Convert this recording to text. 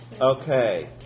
Okay